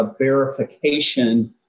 verification